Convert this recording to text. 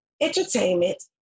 entertainment